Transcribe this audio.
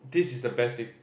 this is the best thing